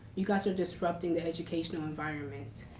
you guys are disrupting the educational environment.